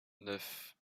neuf